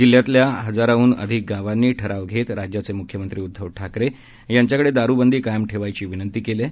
जिल्ह्यातल्या हजारहून अधिक गावांनी ठराव घेत राज्याचे मुख्यमंत्री उद्धव ठाकरे यांच्याकडे दारूबंदी कायम ठेवण्याची विंनती केली आहे